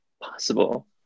possible